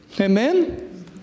Amen